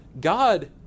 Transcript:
God